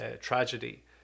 tragedy